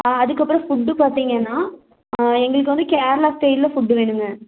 ஆ அதுக்கப்புறம் ஃபுட்டு பார்த்தீங்கன்னா எங்களுக்கு வந்து கேரளா ஸ்டைலில் ஃபுட்டு வேணுங்க